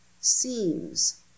seems